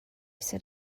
said